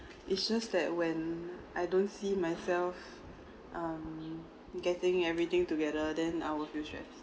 it's just that when I don't see myself um getting everything together then I will feel stressed